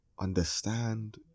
understand